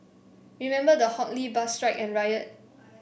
remember the Hock Lee bus strike and riot